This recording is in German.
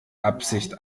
absicht